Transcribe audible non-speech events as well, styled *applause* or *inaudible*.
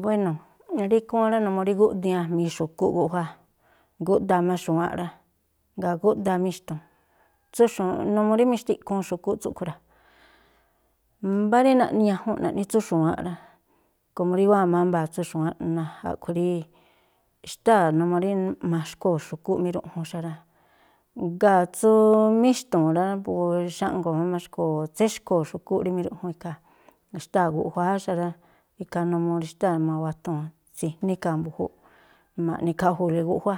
Buéno̱, rí ikhúú rá, numuu rí gúꞌdii a̱jmi̱i xu̱kúꞌ guꞌjuá, gúꞌdaa má xu̱wáánꞌ rá, jngáa̱ gúꞌdaa míxtu̱u̱n. Tsú, *unintelligible* numuu rí mixtiꞌkhuun xu̱kúꞌ tsúꞌkhui̱ rá, mbá rí naꞌ ñajunꞌ naꞌni tsú xu̱wáánꞌ rá, komo rí wáa̱ má mbaa̱ tsú xu̱wáánꞌ, na a̱ꞌkhui̱ rí xtáa̱ numuu rí maxkhoo̱ xu̱kúꞌ miruꞌjun xa rá. Jngáa̱ tsú míxtu̱u̱n rá, po xáꞌngo̱o̱ má markhoo̱, tséxkhoo̱ xu̱kúꞌ rí miruꞌjun ikhaa̱, xtáa̱ guꞌjuáá xa rá, ikhaa numuu rí xtáa̱ mawatuu̱n tsi̱jní ikhaa̱ mbu̱júúꞌ. Ma̱ꞌnikhaꞌju̱u̱le guꞌjuá,